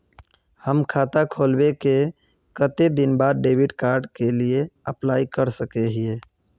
हम खाता खोलबे के कते दिन बाद डेबिड कार्ड के लिए अप्लाई कर सके हिये?